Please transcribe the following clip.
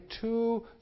two